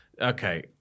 Okay